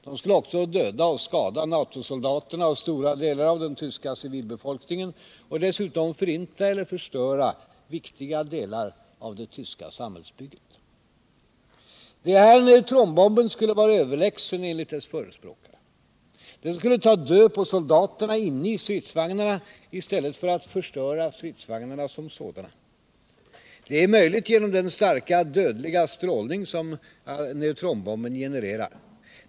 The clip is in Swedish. De skulle också döda och skada NA TO-soldaterna och stora delar av den tyska civilbefolkningen och dessutom förinta eller förstöra viktiga delar av det tyska samhällsbygget. Det är här neutronbomben skulle vara överlägsen, enligt dess förespråkare. Den skulle ta död på soldaterna inne i stridsvagnarna i stället för att förstöra stridsvagnarna som sådana. Det är möjligt genom den starka dödliga strålning som neutronbomben genererar.